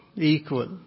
Equal